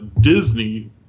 Disney